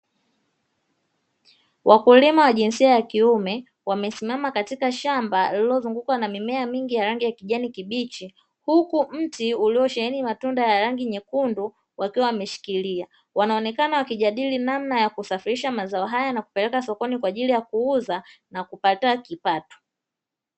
Wakulima wa jinsia ya kiume, wamesimama katika shamba lililozungukwa na mimea mingi ya ranig ya kijani kibichi, huku mti uliosheheni matunda ya rangi nyekundu wakiwa wameshikilia, wanaonekana wakijadili namna ya kusafirisha mazao haya, na kupeleka sokoni kwa ajili ya kuuza na kupata kipato.